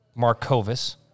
Markovis